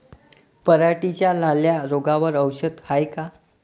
पराटीच्या लाल्या रोगावर औषध हाये का?